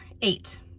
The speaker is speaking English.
eight